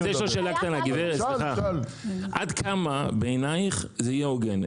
גברת כהן, עד כמה בעינייך זה יהיה הוגן.